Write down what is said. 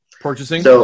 Purchasing